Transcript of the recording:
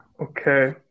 Okay